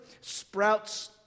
sprouts